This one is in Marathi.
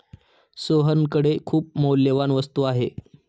सोहनकडे खूप मौल्यवान वस्तू आहे